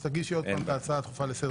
תגישי עוד פעם את ההצעה הדחופה לסדר